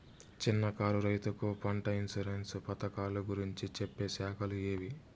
చిన్న కారు రైతుకు పంట ఇన్సూరెన్సు పథకాలు గురించి చెప్పే శాఖలు ఏవి?